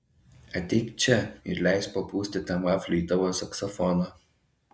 ateik čia ir leisk papūsti tam vafliui į tavo saksofoną